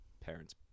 parents